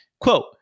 Quote